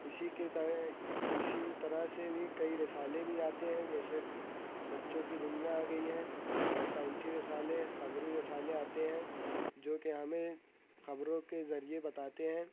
اسی کے طرح اسی طرح سے بھی کئی رسالے بھی آتے ہیں جیسے بچوں کی دنیا آ گئی ہے اور سائنسی رسالے خبری رسالے آتے ہیں جو کہ ہمیں خبروں کے ذریعہ بتاتے ہیں